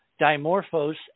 dimorphos